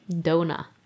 dona